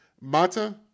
Mata